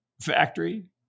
factory